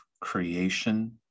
creation